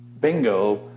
bingo